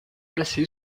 placée